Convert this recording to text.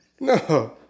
No